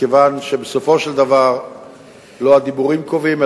מכיוון שבסופו של דבר לא הדיבורים קובעים,